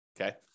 okay